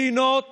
מדינות